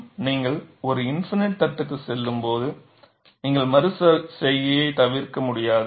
நீங்கள் ஒரு இன்ஃபினிட் தட்டுக்குச் செல்லும் போது நீங்கள் மறு செய்கையைத் தவிர்க்க முடியாது